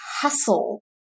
hustle